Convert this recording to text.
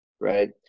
right